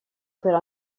per